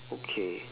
okay